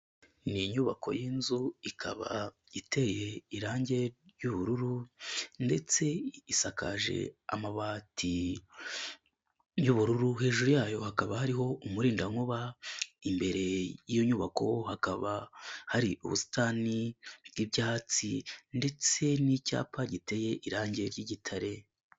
Ni inyubako y'inzu ikaba iteye irangi ry'ubururu ndetse isakaje amabati y'ubururu, hejuru yayo hakaba hariho umurindankuba, imbere y'iyo nyubako hakaba hari ubusitani bw'ibyatsi ndetse n'icyapa giteye irange ry'igitare.